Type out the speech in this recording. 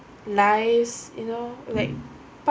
lives you know like